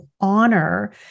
honor